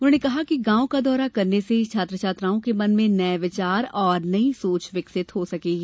उन्होंने कहा कि गांव का दौरा करने से छात्र छात्राओं के मन में नये विचार और नई सोच विकसित हो सकेगी